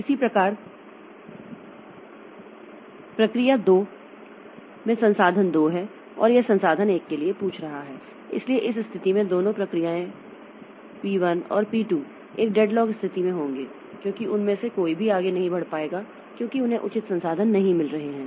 इसी प्रकार प्रक्रिया 2 में संसाधन 2 है और यह संसाधन 1 के लिए पूछ रहा है इसलिए इस स्थिति में दोनों प्रक्रियाएं P 1 और P 2 एक डेडलॉक स्थिति में होंगे क्योंकि उनमें से कोई भी आगे नहीं बढ़ पाएगा क्योंकि उन्हें उचित संसाधन नहीं मिल रहे हैं